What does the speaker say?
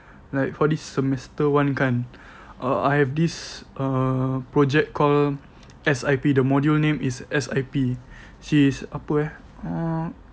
like for this semester one kan uh I have this uh project called S_I_P the module name is S_I_P which is apa eh uh